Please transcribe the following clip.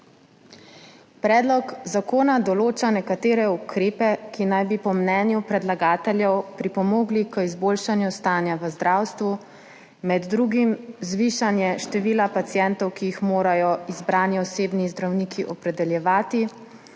Predlog zakona določa nekatere ukrepe, ki naj bi po mnenju predlagateljev pripomogli k izboljšanju stanja v zdravstvu, med drugim zvišanje števila pacientov, ki jih morajo izbrani osebni zdravniki opredeljevati,